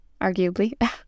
Arguably